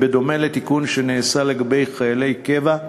בדומה לתיקון שנעשה לגבי חיילי קבע,